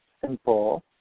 simple